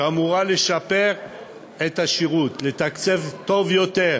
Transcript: שאמורה לשפר את השירות, לתקצב טוב יותר,